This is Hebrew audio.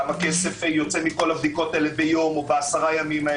כמה כסף יוצא מכל הבדיקות האלה ביום או בעשרה ימים.